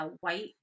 white